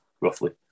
roughly